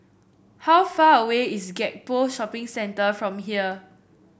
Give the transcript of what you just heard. how far away is Gek Poh Shopping Centre from here